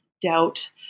doubt